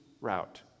route